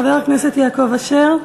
חבר הכנסת יעקב אשר,